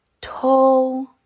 tall